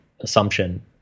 assumption